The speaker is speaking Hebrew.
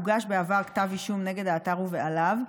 הוגש בעבר כתב אישום נגד האתר ובעליו,